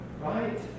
Right